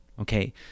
Okay